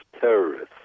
terrorists